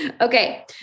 Okay